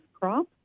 crop